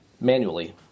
manually